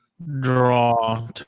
draw